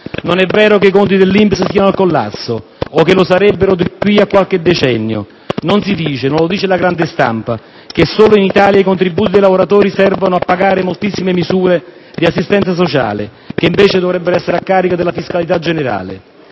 Non è vero che i conti dell'INPS siano al collasso, o che lo sarebbero di qui a qualche decennio. Non si dice - non lo dice la grande stampa - che solo in Italia i contributi dei lavoratori servono a pagare moltissime misure di assistenza sociale che invece dovrebbero essere a carico della fiscalità generale.